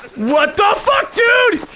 what the fuck dude!